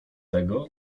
tego